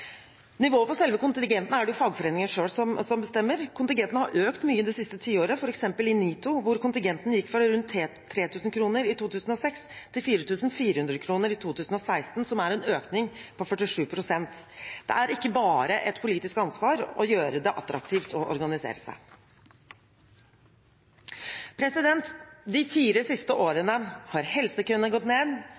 Nivået på selve kontingenten er det fagforeningene selv som bestemmer. Kontingenten har økt mye det siste tiåret, f.eks. i NITO, hvor kontingenten gikk fra rundt 3 000 kr i 2006 til 4 400 kr i 2016, som er en økning på 47 pst. Det er ikke bare et politisk ansvar å gjøre det attraktivt å organisere seg. De fire siste årene har helsekøene gått ned,